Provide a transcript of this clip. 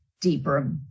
deeper